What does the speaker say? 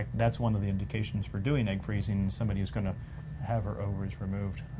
that's one of the indications for doing egg freezing, in somebody who's gonna have her ovaries removed.